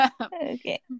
okay